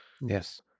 yes